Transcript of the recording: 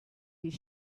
his